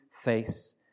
face